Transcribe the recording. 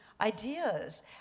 ideas